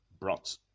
brought